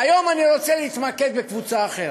והיום אני רוצה להתמקד בקבוצה אחרת,